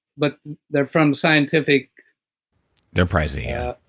but they're from the scientific they're pricey yeah.